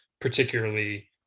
particularly